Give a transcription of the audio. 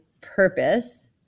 purpose